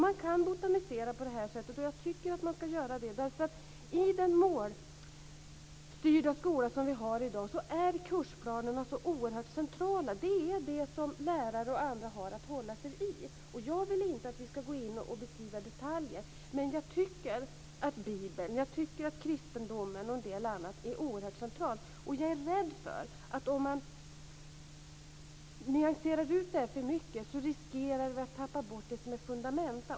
Man kan botanisera på det här sättet och jag tycker att man ska göra det därför att i den målstyrda skola som vi har i dag är kursplanerna oerhört centrala. Det är ju det som lärare och andra har att hålla sig till. Jag vill inte att vi ska gå in och beskriva detaljer men jag tycker att Bibeln, kristendomen och en del annat är oerhört centrala saker. Jag är rädd för att vi, om det hela nyanseras för mycket, riskerar att tappa bort fundamenta.